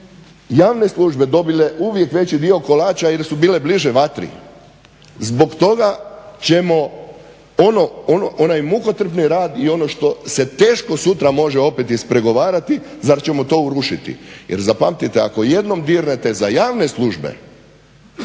javne službe dobile uvijek veći dio kolača, jer su bile bliže vatri, zbog toga ćemo onaj mukotrpni rad i ono što se teško sutra može opet ispregovarati, zar ćemo to urušiti? Jer zapamtite ako jednom dirnete za javne službe